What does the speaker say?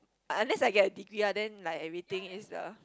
unless I get a degree lah then like that everything is uh